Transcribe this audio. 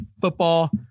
football